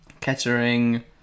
Kettering